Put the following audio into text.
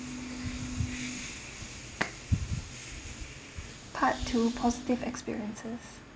part two positive experiences